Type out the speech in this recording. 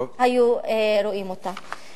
היו רואים אותה.